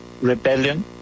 rebellion